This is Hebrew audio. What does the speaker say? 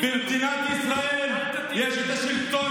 במדינה נורמלית יש שלטון